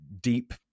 deep